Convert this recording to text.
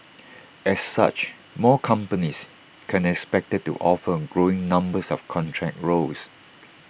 as such more companies can be expected to offer growing numbers of contract roles